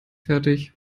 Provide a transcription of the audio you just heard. fertig